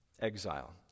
exile